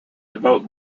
devote